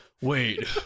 wait